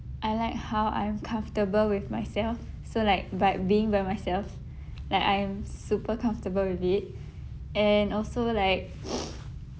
I like how I am comfortable with myself so like b~ being by myself like I am super comfortable with it and also like